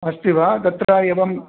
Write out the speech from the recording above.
अस्ति वा तत्र एवम्